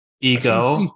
Ego